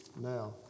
Now